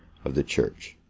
of the church.